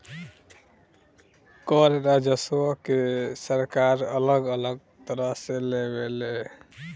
कर राजस्व के सरकार अलग अलग तरह से लेवे ले